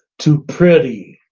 too pretty.